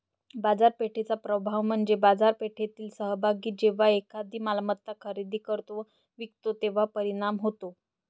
बाजारपेठेचा प्रभाव म्हणजे बाजारपेठेतील सहभागी जेव्हा एखादी मालमत्ता खरेदी करतो व विकतो तेव्हा परिणाम होतो